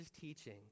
teaching